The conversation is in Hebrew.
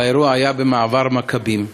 והאירוע היה במעבר מכבים.